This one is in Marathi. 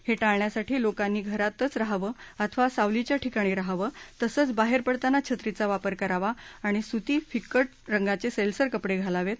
हे टाळण्यासाठी लोकांनी घरातच रहावं अथवा सावलीच्या ठिकाणी रहावं तसंच बाहेर पडताना छत्रीचा वापर करावा आणि सुती फीकट रंगाचे सैलसर कपडे घालावेत